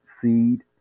seed